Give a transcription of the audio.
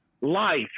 life